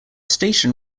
station